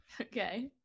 Okay